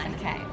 Okay